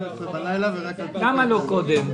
למה לא קודם?